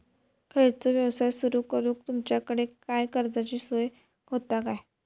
खयचो यवसाय सुरू करूक तुमच्याकडे काय कर्जाची सोय होता काय?